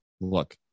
look